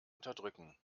unterdrücken